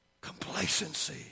Complacency